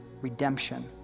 redemption